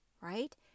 Right